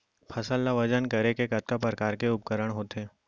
फसल ला वजन करे के कतका प्रकार के उपकरण होथे?